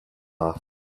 laughed